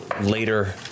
later